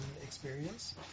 experience